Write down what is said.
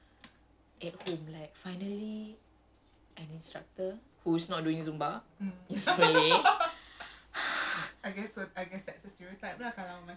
ya oh my gosh okay so that's the other thing like I feel so macam at home like finally an instructor who's not doing zumba